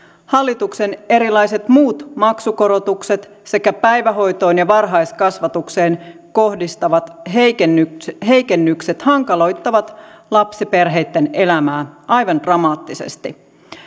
hallituksen erilaiset muut maksukorotukset sekä päivähoitoon ja varhaiskasvatukseen kohdistuvat heikennykset heikennykset hankaloittavat lapsiperheitten elämää aivan dramaattisesti